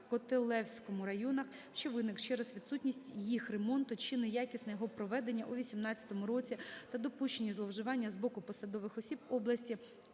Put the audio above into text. Котелевському районах, що виник через відсутність їх ремонту чи неякісне його проведення у 18-му році та допущені зловживання з боку посадових осіб області